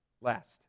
Last